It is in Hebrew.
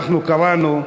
אנחנו קראנו.